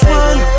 one